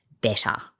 better